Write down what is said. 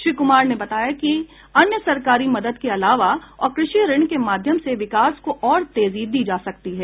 श्री कुमार ने बताया कि अन्य सरकारी मदद के अलावा और कृषि ऋण के माध्यम से विकास को और तेजी दी जा सकती है